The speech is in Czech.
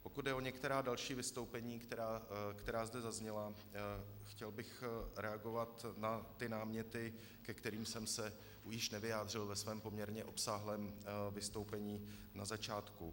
Pokud jde o některá další vystoupení, která zde zazněla, chtěl bych reagovat na ty náměty, ke kterým jsem se již nevyjádřil ve svém poměrně obsáhlém vystoupení na začátku.